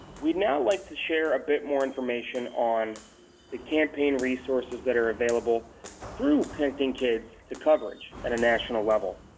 we'd now like to share a bit more information on the campaign resources that are available through connecting kids to coverage at a national level.